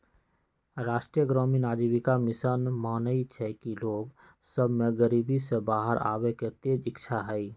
राष्ट्रीय ग्रामीण आजीविका मिशन मानइ छइ कि लोग सभ में गरीबी से बाहर आबेके तेज इच्छा हइ